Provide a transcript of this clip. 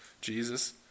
Jesus